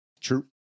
True